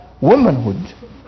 womanhood